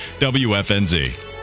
wfnz